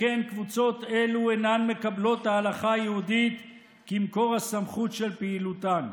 שכן קבוצות אלו אינן מקבלות את ההלכה היהודית כמקור הסמכות של פעילותן.